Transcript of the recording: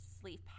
sleep